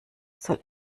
soll